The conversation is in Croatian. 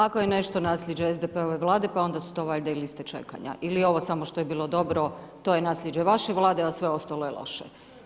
Ako je nešto nasljeđe SDP-ove Vlade pa onda su to valja i list čekanja ili je ovo samo što je bilo dobro, to je nasljeđe vaših Vlada, a sve ostalo je loše.